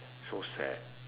so sad